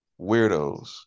Weirdos